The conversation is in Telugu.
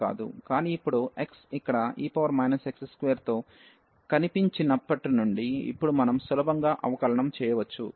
కానీ ఇప్పుడు x ఇక్కడ e x2 తో కనిపించినప్పటి నుండి ఇప్పుడు మనం సులభంగా అవకలనం చేయవచ్చు